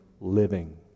living